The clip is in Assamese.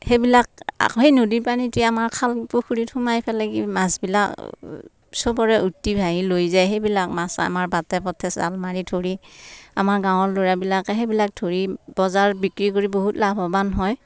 সেইবিলাক সেই নদীৰ পানীতেই আমাৰ খাল পুখুৰীত সোমাই পেলাই মাছ বিলাক সৱৰে উটি ভাঁহি লৈ যায় সেইবিলাক মাছ আমাৰ বাটে পথে জাল মাৰি ধৰি আমাৰ গাঁৱৰ ল'ৰাবিলাকে সেইবিলাক ধৰি বজাৰত বিক্ৰী কৰি বহুত লাভৱান হয়